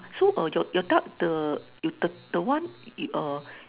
so uh your your duck the the one uh